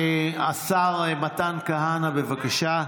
השר מתן כהנא, בבקשה.